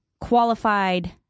qualified